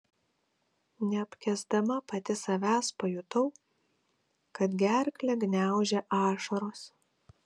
neapkęsdama pati savęs pajutau kad gerklę gniaužia ašaros